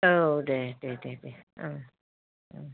औ दे दे दे औ ओम